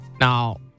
Now